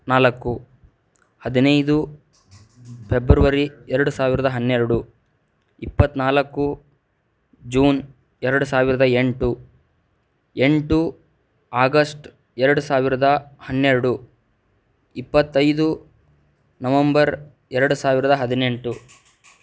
ನಾಲ್ಕು ಹದಿನೈದು ಪೆಬ್ರವರಿ ಎರಡು ಸಾವಿರದ ಹನ್ನೆರಡು ಇಪ್ಪತ್ತ್ನಾಲ್ಕು ಜೂನ್ ಎರಡು ಸಾವಿರದ ಎಂಟು ಎಂಟು ಆಗಸ್ಟ್ ಎರಡು ಸಾವಿರದ ಹನ್ನೆರಡು ಇಪ್ಪತ್ತೈದು ನವಂಬರ್ ಎರಡು ಸಾವಿರದ ಹದಿನೆಂಟು